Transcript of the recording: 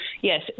yes